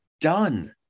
done